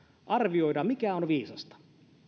arvioida mikä on viisasta